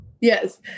Yes